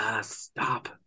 stop